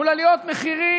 מול עליות מחירים,